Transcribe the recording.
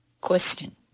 Question